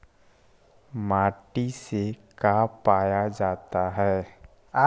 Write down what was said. माटी से का पाया जाता है?